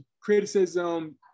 criticism